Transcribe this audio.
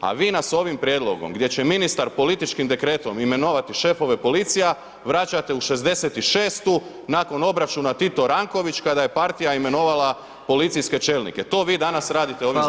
A vi nas ovim prijedlogom gdje će ministar političkim dekretom imenovati šefove policija vraćate u 66.-tu nakon obračuna Tito-Ranković kada je partija imenovala policijske čelnike, to vi danas radite ovim zakonom.